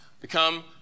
become